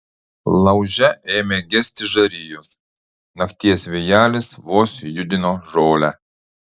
lauže ėmė gesti žarijos nakties vėjelis vos judino žolę